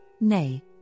nay